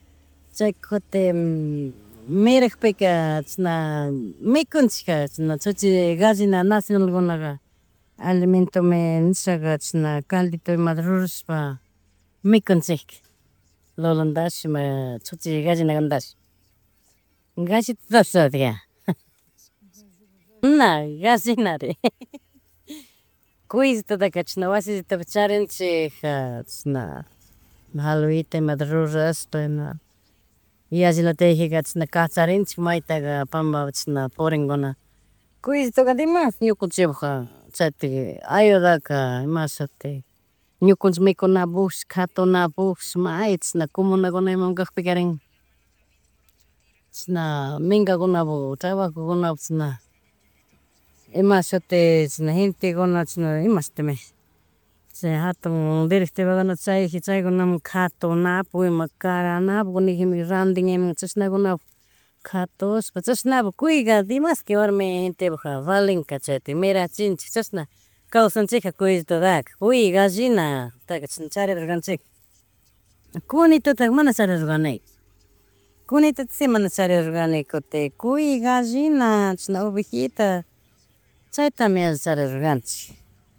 Chay kutin mirakpika chashna mikunchika chashna chuchi, gallina nacionalkunaka alimentome nishaka chishna caldito imada rushapa mikunchika luluntash ima chuchi gallinakunatash. Gallitutapish. Na gallinare, cuyisllituta chishna wasillitopi charinchikja, chishna, ima halvita imata rurashpa na yallilatiyakjika chishna kacharinchik maytaja panmbapi chishna porinckuna kuyllituka dimash ñukanchikpukaja chaytija ayudanka imashuti ñukanchik mikunapushi katunapukpish may chishna comunakuna imawan kakpikarin, chishna mimgakunapuk trabajugunapuk chishna, mashuti chishna gente kuna chishna imashitimi, chay jatun directivaguna chayajika chaygunamun katunapuk ima karanapuk nijimi randin ima chashna gunapuk jatushpa chashnapuk, cuyka demastik warmi gente puka valenka, chaytika miranchinchik, chashna kawsanchija kuyllitudaka. Cuy, gallinataka chashna charidurkanchikka. Kunituta mana charidurkanika, kunituta si mana charidurkani kutin kuy, gallina, chishna ovejita chaytami charidorkanchik.